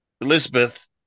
Elizabeth